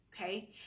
Okay